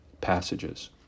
passages